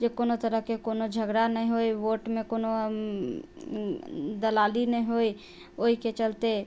जे कोनो तरहके कोनो झगड़ा नहि होइ वोटमे कोनो दलाली नहि होइ ओहिके चलते